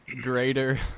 greater